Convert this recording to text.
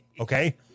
Okay